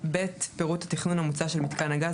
פירוט התכנון המוצע של מיתקן הגז,